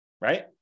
Right